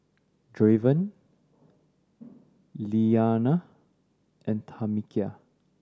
Draven Lilianna and Tamekia